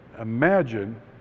imagine